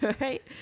Right